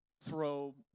throw